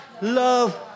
love